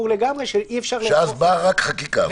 שאז באה רק חקיקה?